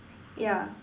yeah